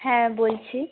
হ্যাঁ বলছি